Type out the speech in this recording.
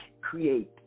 create